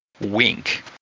Wink